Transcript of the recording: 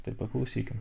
tai paklausykim